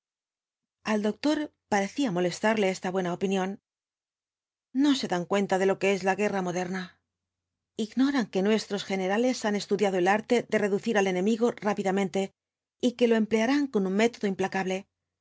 al doctor parecía molestarle esta buena opinión ne se dan cuenta de lo que es la guerra moderna v blasco ibáñbz ignoran que nuestros generales han estudiado el arte de reducir al enemigo rápidamente y que lo emplearán con un método implacable el